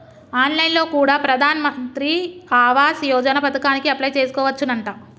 on line లో కూడా ప్రధాన్ మంత్రి ఆవాస్ యోజన పథకానికి అప్లై చేసుకోవచ్చునంట